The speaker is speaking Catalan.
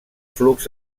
flux